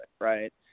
right